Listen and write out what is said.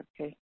Okay